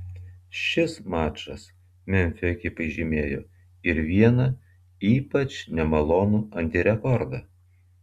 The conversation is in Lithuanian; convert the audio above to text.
šis mačas memfio ekipai žymėjo ir vieną ypač nemalonų antirekordą